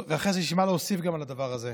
ואחרי זה יש לי מה להוסיף גם על הדבר הזה,